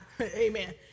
Amen